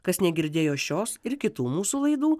kas negirdėjo šios ir kitų mūsų laidų